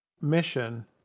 mission